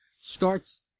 starts